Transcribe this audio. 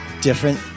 different